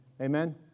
Amen